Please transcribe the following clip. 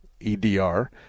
EDR